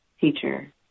teacher